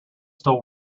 still